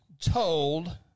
told